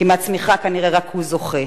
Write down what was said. כי מהצמיחה כנראה רק הוא זוכה.